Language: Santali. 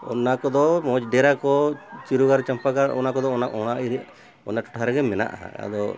ᱚᱱᱟ ᱠᱚᱫᱚ ᱢᱚᱡᱽ ᱰᱮᱹᱨᱟ ᱠᱚ ᱪᱤᱨᱩ ᱜᱟᱲ ᱪᱟᱢᱯᱟ ᱜᱟᱲ ᱚᱱᱟ ᱠᱚᱫᱚ ᱚᱱᱟ ᱚᱱᱟ ᱚᱱᱟ ᱴᱚᱴᱷᱟ ᱨᱮᱜᱮ ᱢᱮᱱᱟᱜᱼᱟ ᱟᱫᱚ